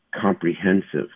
comprehensive